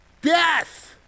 Death